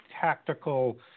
tactical